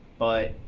but